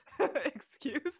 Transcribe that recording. excuse